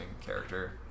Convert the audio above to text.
character